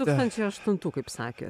tūkstančiai aštuntų kaip sakėt